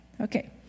Okay